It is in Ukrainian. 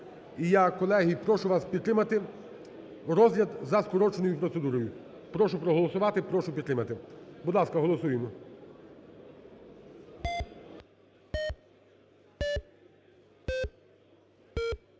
І я, колеги, прошу вас підтримати розгляд за скороченою процедурою. Прошу проголосувати, прошу підтримати. Будь ласка, голосуємо.